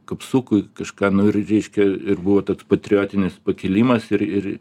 kapsukui kažką nu ir reiškia ir buvo toks patriotinis pakilimas ir ir